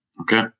Okay